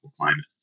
climate